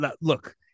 look